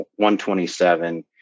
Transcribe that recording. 127